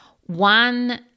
One